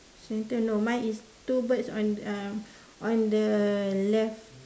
centre no mine is two birds on uh on the left